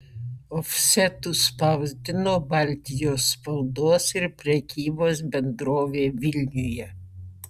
ofsetu spausdino baltijos spaudos ir prekybos bendrovė vilniuje